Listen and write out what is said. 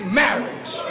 marriage